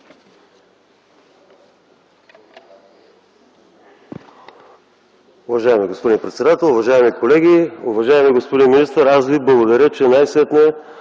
Уважаеми господин председател, уважаеми колеги! Уважаеми господин министър, аз Ви благодаря, че най-сетне